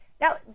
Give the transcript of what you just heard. Now